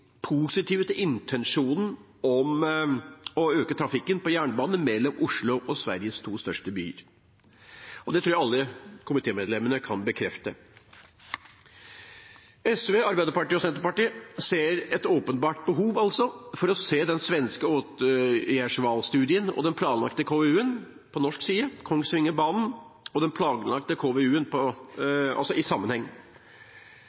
positive til intensjonen om å øke trafikken på jernbanen mellom Oslo og Sveriges to største byer. Det tror jeg alle komitémedlemmene kan bekrefte. SV, Arbeiderpartiet og Senterpartiet ser et åpenbart behov for å se den svenske åtgärdsvalsstudien og den planlagte KVU-en på norsk side for Kongsvingerbanen